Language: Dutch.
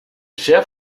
chef